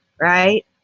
right